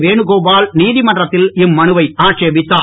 வேணுகோபால் நீதிமன்றத்தில் இம்மனுவை ஆட்சேபித்தார்